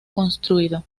construido